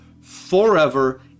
forever